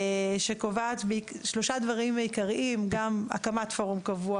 שקובעת שלושה דברים עיקריים: הקמת פורום קבוע